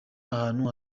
ahantu